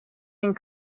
and